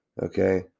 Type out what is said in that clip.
Okay